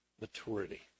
maturity